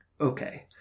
Okay